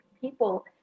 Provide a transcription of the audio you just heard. people